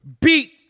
beat